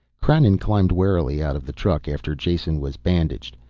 krannon climbed warily out of the truck, after jason was bandaged.